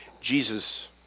Jesus